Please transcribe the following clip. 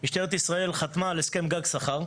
משטרת ישראל חתמה על הסכם גג שכר,